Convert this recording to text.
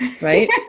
right